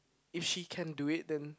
if she can do it then